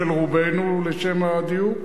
של רובנו לשם הדיוק,